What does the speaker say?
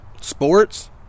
sports